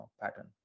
pattern